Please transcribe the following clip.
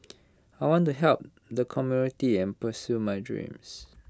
I want to help the and pursue my dreams